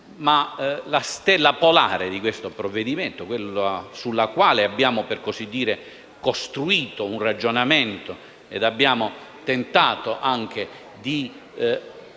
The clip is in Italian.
la stella polare di questo provvedimento, sulla quale abbiamo costruito un ragionamento e abbiamo tentato anche di